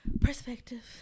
perspective